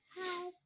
Hi